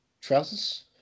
trousers